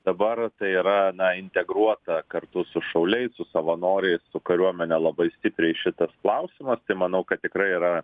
dabar tai yra na integruota kartu su šauliais su savanoriais su kariuomene labai stipriai šitas klausimas tai manau kad tikrai yra